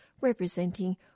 representing